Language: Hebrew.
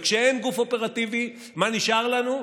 וכשאין גוף אופרטיבי, מה נשאר לנו?